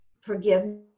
forgiveness